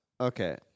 okay